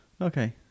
okay